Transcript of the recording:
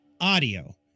audio